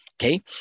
Okay